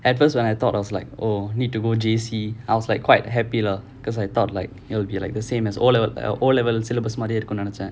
at first when I thought I was like oh need to go J_C I was like quite happy lah because I thought like it'll be like the same as O level O level syllabus மாறியே இருக்கும்னு நினைச்சேன்:maariyae irukkumnu ninaichaen